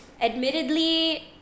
admittedly